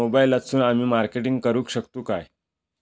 मोबाईलातसून आमी मार्केटिंग करूक शकतू काय?